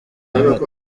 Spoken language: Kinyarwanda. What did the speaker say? nyamata